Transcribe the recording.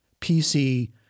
PC